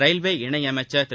railway இணையமைச்சர் திரு